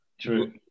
True